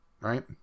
right